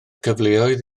cyfleoedd